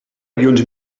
avions